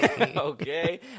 Okay